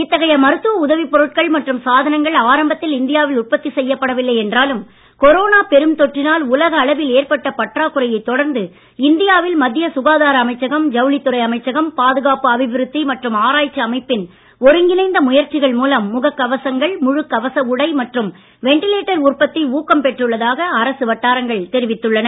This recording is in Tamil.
இத்தகைய மருத்துவ உதவிப் பொருட்கள் மற்றும் சாதனங்கள் செய்யப்படவில்லை என்றாலும் கொரோனா பெருந்தொற்றினால் உலக அளவில் ஏற்பட்ட பற்றாக்குறையைத் தொடர்ந்து இந்தியாவில் மத்திய சுகாதார அமைச்சகம் ஜவுளித்துறை அமைச்சகம் பாதுகாப்பு அபிவிருத்தி மற்றும் ஆராய்ச்சி அமைப்பின் ஒருங்கிணைந்த முயற்சிகள் மூலம் முகக் கவசங்கள் முழுகவச உடை மற்றும் வென்டிலேட்டர் உற்பத்தி ஊக்கம் பெற்றுள்ளதாக அரசு வட்டாரங்கள் தெரிவித்துள்ளன